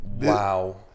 wow